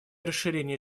расширения